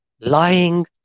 lying